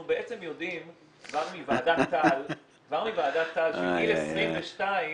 אנחנו בעצם יודעים כבר מוועדת טל שגיל 22,